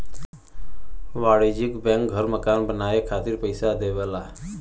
वाणिज्यिक बैंक घर मकान बनाये खातिर पइसा देवला